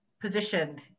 positioned